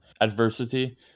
adversity